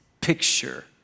picture